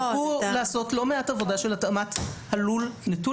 לעשות לא מעט עבודה להתאמת הלול נטול